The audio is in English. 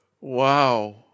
wow